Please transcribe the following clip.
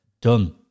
done